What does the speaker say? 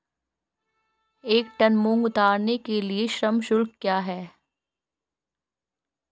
एक टन मूंग उतारने के लिए श्रम शुल्क क्या है?